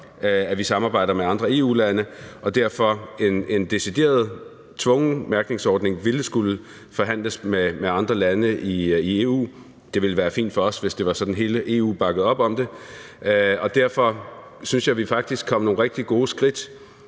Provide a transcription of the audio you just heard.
at vi samarbejder med andre EU-lande, og derfor ville en decideret tvungen mærkningsordning skulle forhandles med andre lande i EU. Det ville være fint for os, hvis det var sådan, at hele EU bakkede op om det. Derfor synes jeg, at vi faktisk er kommet nogle rigtig gode skridt